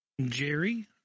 Jerry